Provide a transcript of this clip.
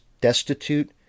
destitute